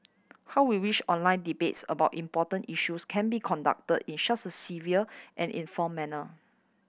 how we wish online debates about important issues can be concluded in such a civil and informed manner